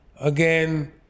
again